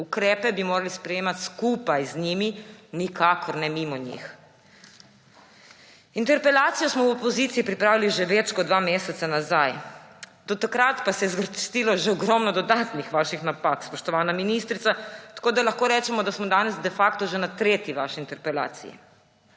Ukrepe bi morali sprejemati skupaj z njimi, nikakor ne mimo njih. Interpelacijo smo v opoziciji pripravili že več kot dva meseca nazaj, od takrat pa se je zvrstilo še ogromno dodatnih vaših napak, spoštovana ministrica, tako da lahko rečemo, da smo danes de facto že na vaši tretji interpelaciji.